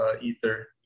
ether